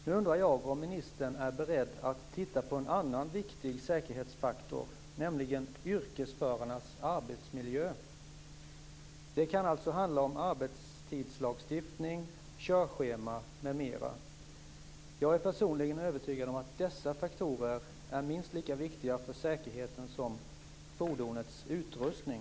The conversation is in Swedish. Nu undrar jag om ministern är beredd att titta på en annan viktig säkerhetsfaktor, nämligen yrkesförarnas arbetsmiljö. Det kan alltså handla om arbetstidslagstiftning, körschema m.m. Jag är personligen övertygad om att dessa faktorer är minst lika viktiga för säkerheten som fordonets utrustning.